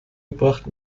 gebracht